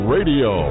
Radio